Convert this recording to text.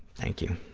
thank you